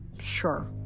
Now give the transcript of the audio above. Sure